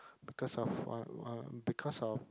because of uh uh because of